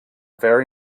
very